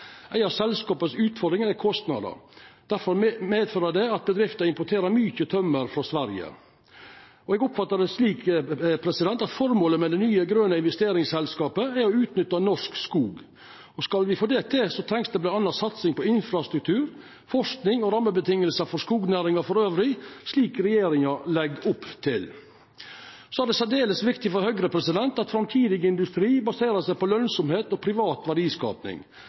Ei av utfordringane for selskapa er kostnader. Det medfører at bedriftene importerer mykje tømmer frå Sverige. Eg oppfattar det slik at formålet med det nye grøne investeringsselskapet er å utnytta norsk skog. Skal me få det til, trengst det bl.a. satsing på infrastruktur, forsking og rammevilkår for skognæringa elles, slik regjeringa legg opp til. Det er særdeles viktig for Høgre at framtidig industri baserer seg på lønsemd og privat verdiskaping.